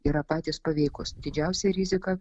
yra patys paveikūs didžiausia rizika